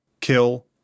kill